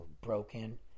broken